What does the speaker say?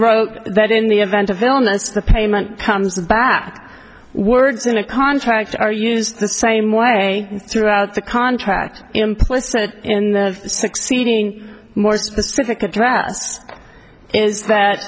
wrote that in the event of illness the payment comes back words in a contract are used the same way throughout the contract implicit in the succeeding more specific address is that